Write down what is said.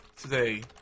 today